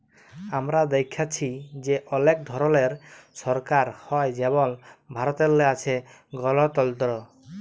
আমরা দ্যাইখছি যে অলেক ধরলের সরকার হ্যয় যেমল ভারতেল্লে আছে গলতল্ত্র